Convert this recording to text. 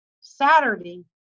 Saturday